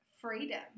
freedom